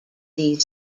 these